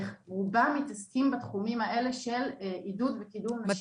ורובם מתעסקים בתחומים האלה של עידוד וקידום נשים.